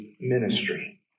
ministry